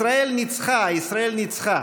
ישראל ניצחה, ישראל ניצחה.